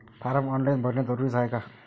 Form online भरने जरुरीचे हाय का?